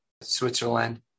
Switzerland